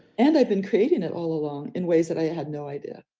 and i've been creating it all along in ways that i had no idea.